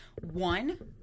One –